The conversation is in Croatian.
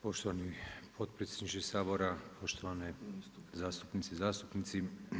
Poštovani potpredsjedniče Sabora, poštovane zastupnice i zastupnici.